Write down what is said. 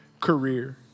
career